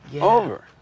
Over